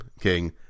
King